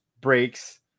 breaks